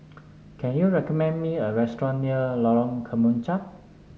can you recommend me a restaurant near Lorong Kemunchup